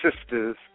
sisters